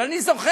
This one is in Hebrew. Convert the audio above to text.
אבל אני זוכר,